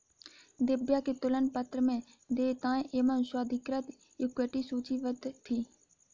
दिव्या के तुलन पत्र में देयताएं एवं स्वाधिकृत इक्विटी सूचीबद्ध थी